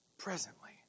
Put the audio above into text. Presently